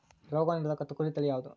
ರೋಗ ನಿರೋಧಕ ತೊಗರಿ ತಳಿ ಯಾವುದು?